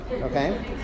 okay